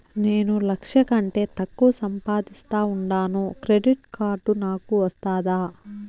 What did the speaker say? నేను లక్ష కంటే తక్కువ సంపాదిస్తా ఉండాను క్రెడిట్ కార్డు నాకు వస్తాదా